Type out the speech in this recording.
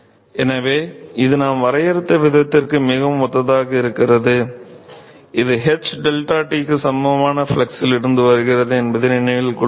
எனவே இது நாம் வரையறுத்த விதத்திற்கு மிகவும் ஒத்ததாக இருக்கிறது இது h ΔT க்கு சமமான ஃப்ளக்ஸில் இருந்து வருகிறது என்பதை நினைவில் கொள்ளுங்கள்